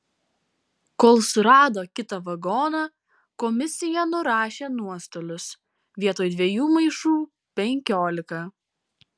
kol surado kitą vagoną komisija nurašė nuostolius vietoj dviejų maišų penkiolika